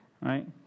Right